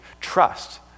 trust